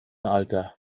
alter